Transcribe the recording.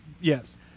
Yes